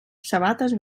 sabates